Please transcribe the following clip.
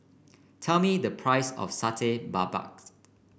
tell me the price of Satay Babat